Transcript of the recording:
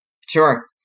Sure